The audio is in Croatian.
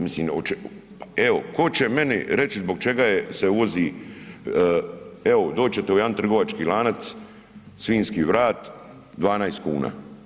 Mislim o čemu, evo tko će meni reći zbog čega je se uvozi, evo doći ćete u jedan trgovački lanac svinjski vrat 12 kuna.